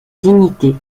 dignité